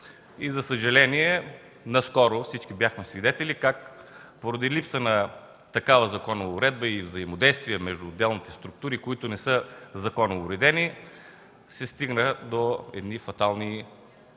За съжаление, наскоро всички бяхме свидетели как, поради липса на такава законова уредба и взаимодействие между отделните структури, които не са законово уредени, се стигна до едни фатални случаи